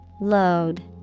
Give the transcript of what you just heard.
Load